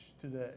today